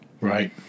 Right